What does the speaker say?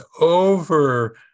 over